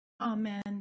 Amen